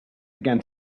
began